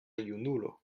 junulo